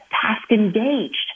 task-engaged